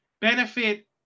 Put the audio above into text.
benefit